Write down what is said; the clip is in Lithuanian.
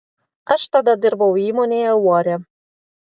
aš tada dirbau įmonėje uorė